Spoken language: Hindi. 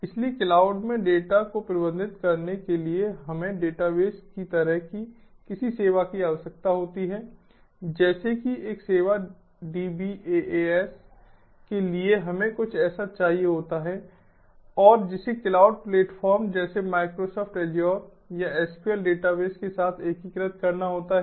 इसलिए क्लाउड में डेटा को प्रबंधित करने के लिए हमें डेटाबेस की तरह की किसी सेवा की आवश्यकता होती है जैसे कि एक सेवा DBaaS के लिए हमें कुछ ऐसा चाहिए होता है और जिसे क्लाउड प्लेटफॉर्म जैसे माइक्रोसॉफ्ट अज्योर या SQL डेटाबेस के साथ एकीकृत करना होता है